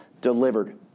delivered